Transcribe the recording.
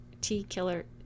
T-killer